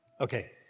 Okay